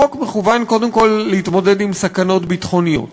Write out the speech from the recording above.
החוק מכוון קודם כול להתמודד עם סכנות ביטחוניות.